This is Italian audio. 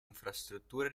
infrastrutture